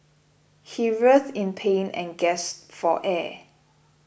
he writhed in pain and gasped for air